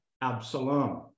Absalom